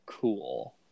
Cool